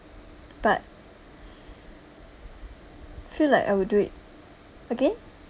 but feel like I would do it again